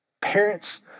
Parents